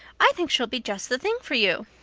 i think she'll be just the thing for you.